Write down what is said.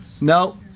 No